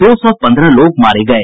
दो सौ पन्द्रह लोग मारे गये